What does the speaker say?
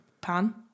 Pan